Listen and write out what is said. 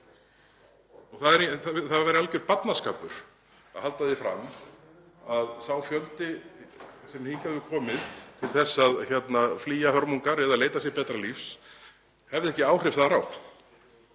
Það væri alger barnaskapur að halda því fram að sá fjöldi sem hingað hefur komið til að flýja hörmungar eða leita sér betra lífs hafi ekki áhrif þar á.